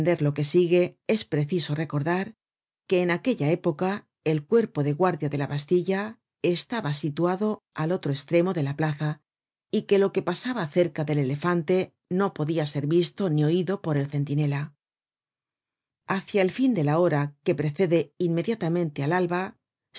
lo que sigue es preciso recordar que en aquella época el cuerpo de guardia de la bastilla estaba situado al otro estremo de la plaza y que lo que pasaba cerca del elefante no podia ser visto ni oido por el centinela hácia el fin de la hora que precede inmediatamente al alba